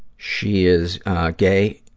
she is gay,